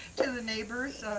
to the neighbors.